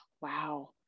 wow